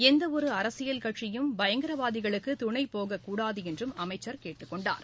எந்தவொரு அரசியல் கட்சியும் பயங்கரவாதிகளுக்கு துணை போகக் கூடாது என்றும் அமைச்சர் கேட்டுக் கொண்டார்